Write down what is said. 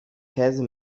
käse